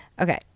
okay